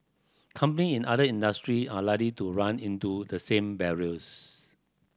company in other industry are likely to run into the same barriers